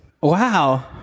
wow